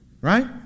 right